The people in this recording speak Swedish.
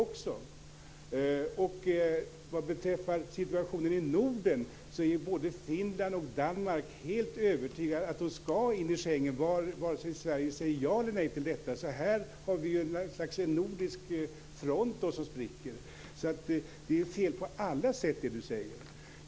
Vad beträffar situationen i Norden är både Finland och Danmark helt övertygade om att de skall in i Schengensamarbetet vare sig Sverige säger ja eller nej. Här har vi en nordisk front som spricker. Det Yvonne Ruwaida säger är fel på alla sätt.